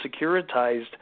securitized